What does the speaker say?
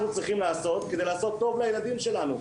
צריכים לעשות כדי לעשות טוב לילדים שלנו?